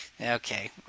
Okay